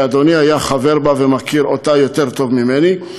שאדוני היה חבר בה ומכיר אותה יותר טוב ממני.